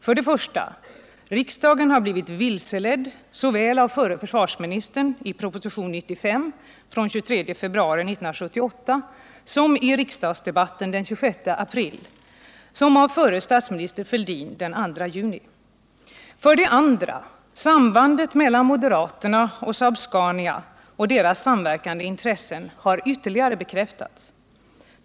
För det första: Riksdagen har blivit vilseledd av förre försvarsministern i propositionen 95 av den 23 februari 1978 och i riksdagsdebatten den 26 april samt av förre statsministern Fälldin den 2 juni. För det andra: Sambandet mellan moderaterna och Saab-Scania AB och deras samverkande intressen har ytterligare bekräftats.